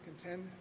contend